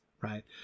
right